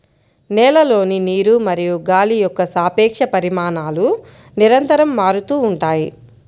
నేలలోని నీరు మరియు గాలి యొక్క సాపేక్ష పరిమాణాలు నిరంతరం మారుతూ ఉంటాయి